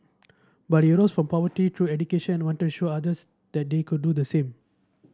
but he rose from poverty through education and wanted to show others that they could do the same